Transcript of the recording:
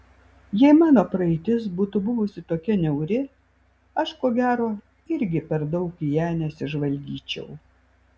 jei mano praeitis būtų buvusi tokia niauri aš ko gero irgi per daug į ją nesižvalgyčiau